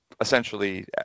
essentially